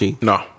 No